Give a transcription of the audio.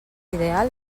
ideal